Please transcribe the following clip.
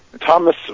Thomas